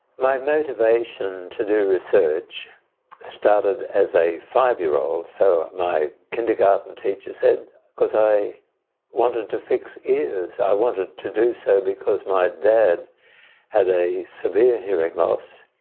my motivation to do research started as a five-year-old. so my kindergarten teacher said, because i wanted to fix ears, i wanted to do so because my dad had a severe hearing loss,